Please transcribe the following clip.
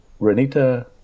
Renita